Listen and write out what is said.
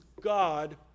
God